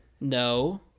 no